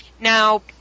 Now